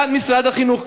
לעמדת משרד החינוך,